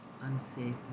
unsafe